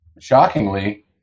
shockingly